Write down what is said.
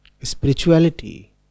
Spirituality